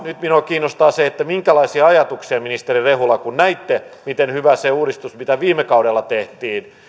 nyt minua kiinnostaa se minkälaisia ajatuksia ministeri rehula kun näitte miten hyvä se uudistus on mitä viime kaudella tehtiin